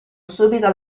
subito